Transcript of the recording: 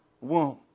womb